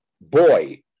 boy